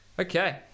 Okay